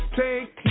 take